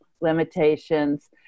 limitations